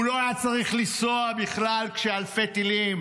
הוא לא היה צריך לנסוע בכלל כשאלפי טילים